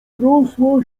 rosła